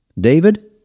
David